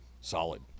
solid